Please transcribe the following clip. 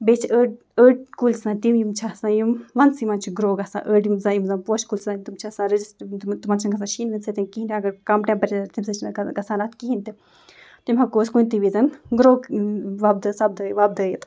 بیٚیہِ چھِ أڑۍ أڑۍ کُلۍ چھِ آسان تِم یِم چھِ آسان یِم وَنٛدسٕے منٛز چھِ گرٛو گژھان أڑۍ یِم زَن یِم زَن پوشہٕ کُلۍ چھِ آسان تِم چھِ آسان رٔجِسٹ تِم تِمَن چھِنہٕ گژھان شیٖنہٕ ویٖنہٕ سۭتۍ کِہیٖنۍ تہِ اگر کَم ٹٮ۪مپریچر تٔمۍ سۭتۍ چھِنہٕ گژھان اَتھ کِہیٖنۍ تہِ تِم ہٮ۪کو أسۍ کُنہِ تہِ ویٖزٮ۪ن گرٛو وۄپدٲیِتھ